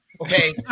Okay